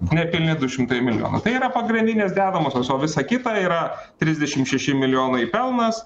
nepilni du šimtai milijonų tai yra pagrindinės dedamosios o visa kita yra trisdešim šeši milijonai pelnas